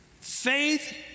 Faith